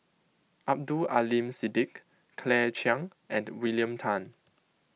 Abdul Aleem Siddique Claire Chiang and William Tan